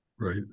Right